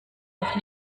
noch